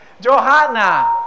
Johanna